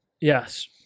Yes